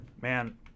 man